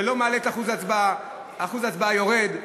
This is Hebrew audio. זה לא מעלה את אחוז ההצבעה, אחוז ההצבעה יורד.